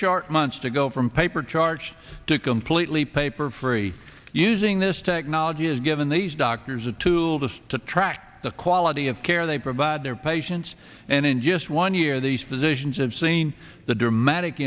short months to go from paper charge to completely paper free using this technology has given these doctors a tool to to track the quality of care they provide their patients and in just one year these physicians have seen the dramatic